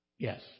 Yes